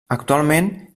actualment